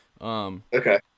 Okay